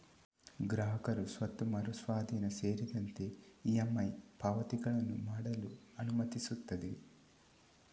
ಗ್ರಾಹಕರು ಸ್ವತ್ತು ಮರು ಸ್ವಾಧೀನ ಸೇರಿದಂತೆ ಇ.ಎಮ್.ಐ ಪಾವತಿಗಳನ್ನು ಮಾಡಲು ಅನುಮತಿಸುತ್ತದೆ